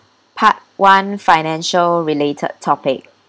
part one financial related topic